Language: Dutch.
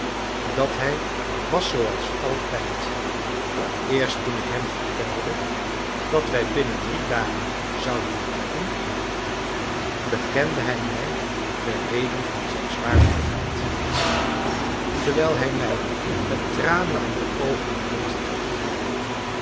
dat hij was zooals altijd eerst toen ik hem vertelde dat wij binnen drie dagen zouden vertrekken bekende hij mij de reden van zijn zwaarmoedigheid terwijl hij mij met tranen in de oogen de hand drukte